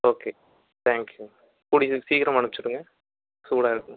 okay thank you கூடிய சீக்கிரமாக அனுப்பிச்சி விடுங்க சூடாக இருக்கணும்